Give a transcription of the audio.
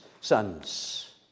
sons